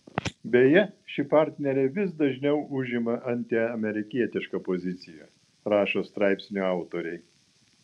beje ši partnerė vis dažniau užima antiamerikietišką poziciją rašo straipsnių autoriai